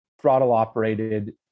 throttle-operated